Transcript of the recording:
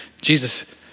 Jesus